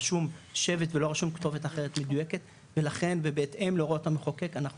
שבט ולא כתובת אחרת מדויקת ולכן ובהתאם להוראות המחוקק אנחנו